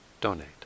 donate